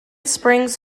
springs